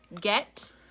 Get